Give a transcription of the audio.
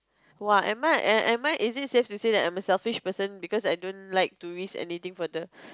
!wah! am I am I is it safe to say that I'm a selfish person because I don't like to risk anything for the